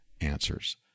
answers